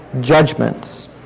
judgments